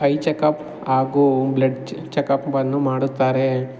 I checkup ಹಾಗೂ blood checkup ಅನ್ನು ಮಾಡುತ್ತಾರೆ